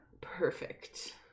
Perfect